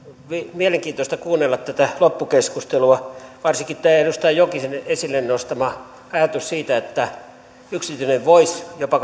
mielenkiintoista kuunnella tätä loppukeskustelua varsinkin tätä edustaja jokisen esille nostamaa ajatusta siitä että yksityinen voisi jopa